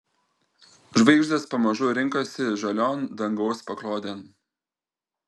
žvaigždės pamažu rinkosi žalion dangaus paklodėn